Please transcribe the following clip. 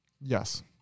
Yes